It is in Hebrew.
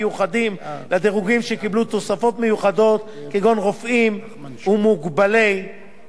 תוספות מיוחדות כגון הרופאים ומוקבלי נושאי משרה שיפוטית.